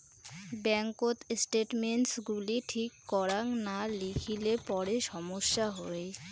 ব্যাঙ্ককোত স্টেটমেন্টস গুলি ঠিক করাং না লিখিলে পরে সমস্যা হই